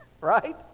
Right